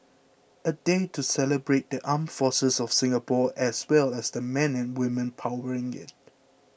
a day to celebrate the armed forces of Singapore as well as the men and women powering it